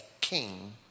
king